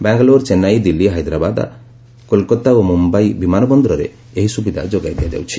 ବାଙ୍ଗାଲୋର ଚେନ୍ନାଇ ଦିଲ୍ଲୀ ହାଇଦ୍ରାବାଦ କୋଲକାତା ଓ ମୁମ୍ବାଇ ବିମାନ ବନ୍ଦରରେ ଏହି ସୁବିଧା ଯୋଗାଇ ଦିଆଯାଉଛି